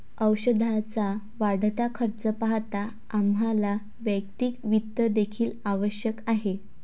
औषधाचा वाढता खर्च पाहता आम्हाला वैयक्तिक वित्त देखील आवश्यक आहे